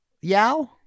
Yao